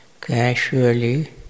casually